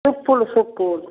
सुकुल सुकुल